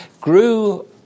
grew